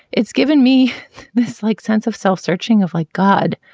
it's given me this like sense of self-searching of like god,